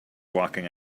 walking